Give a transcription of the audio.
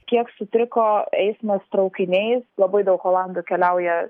kiek sutriko eismas traukiniais labai daug olandų keliauja